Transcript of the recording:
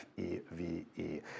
FEVE